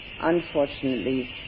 unfortunately